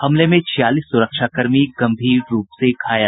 हमले में छियालीस सुरक्षाकर्मी गंभीर रूप से घायल